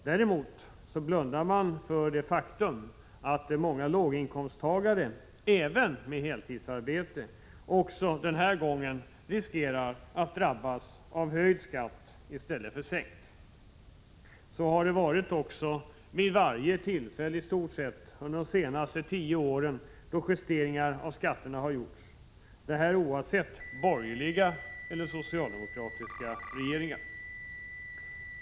Däremot blundas för det faktum att många låginkomsttagare — även med heltidsarbete — också denna gång riskerar att drabbas av höjd skatt i stället för att få den sänkt. Så har det varit vid varje tillfälle de senaste tio åren då justeringar av skatterna gjorts, oavsett om det varit borgerliga eller socialdemokratiska regeringar.